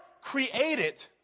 created